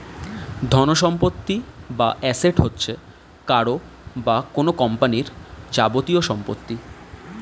ধনসম্পত্তি বা অ্যাসেট হচ্ছে কারও বা কোন কোম্পানির যাবতীয় সম্পত্তি